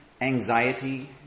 anxiety